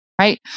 right